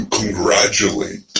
congratulate